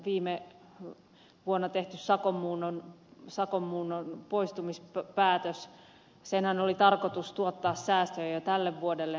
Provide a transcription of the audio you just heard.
viime vuonna tehdyn sakon muunnon poistamispäätöksenhän oli tarkoitus tuottaa säästöjä jo tälle vuodelle